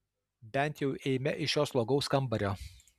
bent jau eime iš šio slogaus kambario